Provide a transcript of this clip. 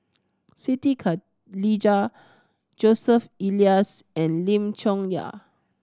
Siti Khalijah Joseph Elias and Lim Chong Yah